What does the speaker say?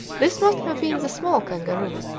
this must have been the small kangaroo,